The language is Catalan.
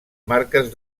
marques